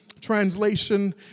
translation